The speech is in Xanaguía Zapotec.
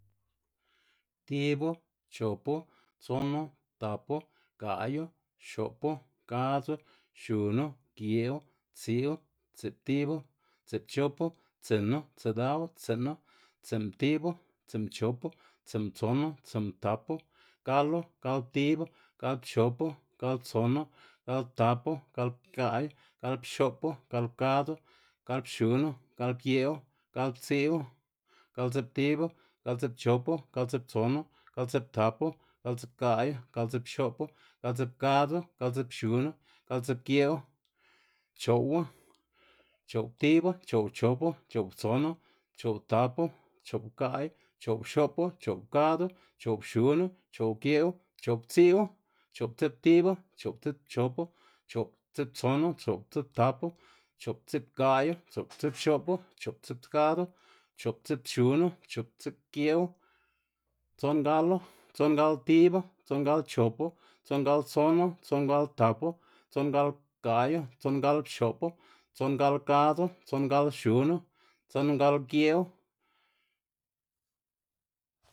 Tibu, chopu, tsonu, tapu, gaꞌyu, xopu, gadzu, xunu, geꞌwu, tsiꞌwu, tsiꞌptibu, tsiꞌpchopu, tsinu, tsiꞌdawu, tsiꞌnu, tsiꞌmtibu, tsiꞌmchopu, tsiꞌmtsonu, tsiꞌmtapu, galu, galptibu, galpchopu, galptsonu, galptapu, galpgaꞌyu, galpxoꞌpu, galpgadzu, galpxunu, galpgeꞌwu, galptsiꞌwu, galptsiꞌptibu, galptsiꞌpchopu, galptsiꞌptsonu, galptsiꞌptapu, galptsiꞌpgaꞌyu, galptsiꞌpxopu, galptsiꞌpgadzu, galptsiꞌpxunu, galptsiꞌpgeꞌwu, cho'wu, cho'wptibu, cho'wpchopu, cho'wtsonu, cho'wtapu, cho'wpgaꞌyu, cho'wpxopu, cho'wgadzu, cho'wpxunu, cho'wgeꞌwu, cho'wptsiꞌwu, cho'ptsiꞌptibu, cho'ptsiꞌpchopu, cho'wptsiꞌptsonu, cho'wptsiꞌptapu, cho'ptsiꞌpgaꞌyu, chopgalptsiꞌpxopu, cho'wtsiꞌpgadzu, chopptsiꞌpxunu, chopptsiꞌpgeꞌwu, tsongalu, tsongalptibu, tsongalpchopu, tsongalptsonu, tsongalptapu, tsongalpgayu, tsongalpxo'pu, tsongalgadzu, tsongalxunu, tsongalgë'wu.